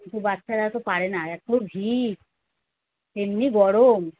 কিন্তু বাচ্চারা তো পারে না এতো ভিড় তেমনি গরম